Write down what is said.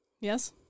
Yes